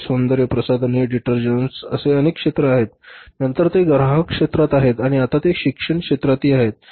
सौंदर्यप्रसाधने डिटर्जंट्स असे अनेक क्षेत्र आहेत नंतर ते ग्राहक क्षेत्रात आहेत आणि आता ते शिक्षण क्षेत्रातही आहेत